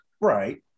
Right